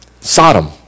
Sodom